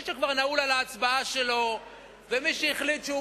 מי שכבר נעול על ההצבעה שלו ומי שהחליט שהוא